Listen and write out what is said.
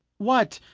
what,